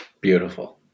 Beautiful